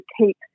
keep